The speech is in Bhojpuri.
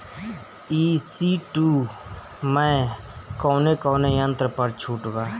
ई.सी टू मै कौने कौने यंत्र पर छुट बा?